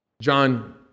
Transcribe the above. John